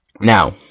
Now